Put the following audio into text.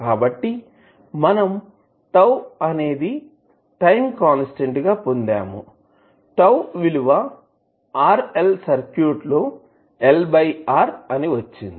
కాబట్టి మనం τ అనేది టైం కాన్స్టాంట్ గా పొందామువిలువ RL సర్క్యూట్ లో L బై R అని వచ్చింది